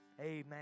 Amen